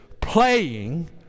playing